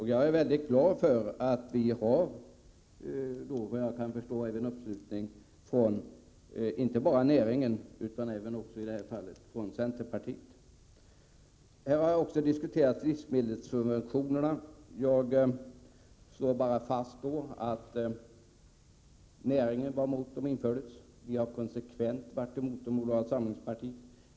Jag är mycket glad för att vi i det här fallet har uppslutning från inte bara näringen utan, så vitt jag kan förstå, även från centerpartiet. Här har också livsmedelssubventionerna diskuterats. Jag vill bara slå fast att näringen var emot att de infördes. Moderata samlingspartiet har konsekvent varit emot dem.